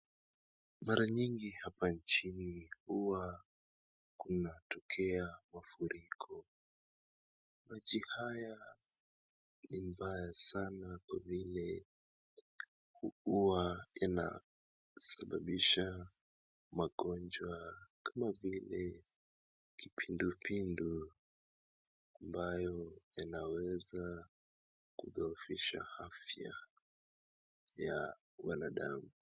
Mara nyingi hapa nchini huwa kunatokea mafuriko, maji haya ni mbaya sana kwa vile huwa inasababisha magonjwa kama vile kipindupindu ambayo yanaweza kudhoofisha afya ya wanadamu.